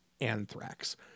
Anthrax